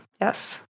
Yes